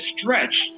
stretch